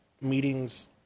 meetings